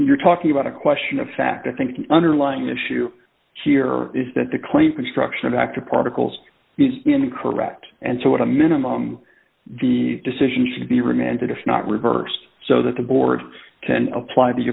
you're talking about a question of fact i think the underlying issue here is that the clean construction of active particles is incorrect and so what a minimum decision should be remanded if not reversed so that the board can apply the